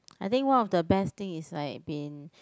I think one of the best thing is like been